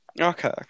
Okay